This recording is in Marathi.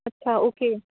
अच्छा ओके